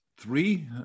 three